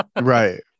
right